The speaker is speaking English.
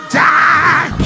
die